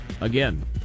again